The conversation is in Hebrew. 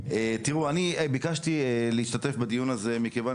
תראו אני ביקשתי להשתתף בדיון הזה מכיוון